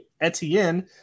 Etienne